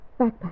backpack